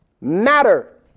matter